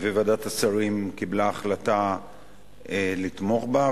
וועדת השרים קיבלה החלטה לתמוך בה,